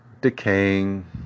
decaying